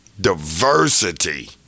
diversity